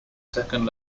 second